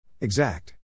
Exact